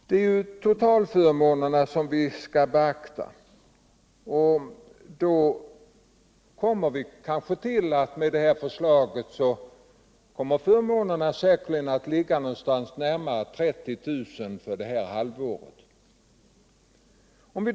Det är ju totalförmånerna som skall beaktas, och vi kommer fram till att dessa enligt det framlagda förslaget kanske kommer att ligga på närmare 30 000 kr. för den aktuella tiden, ett halvt år.